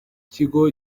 kigo